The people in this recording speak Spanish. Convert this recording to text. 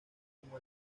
como